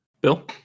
Bill